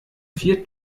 vier